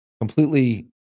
completely